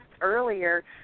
earlier